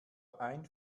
ein